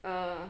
err